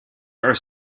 are